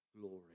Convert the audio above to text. glory